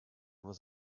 was